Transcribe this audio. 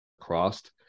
crossed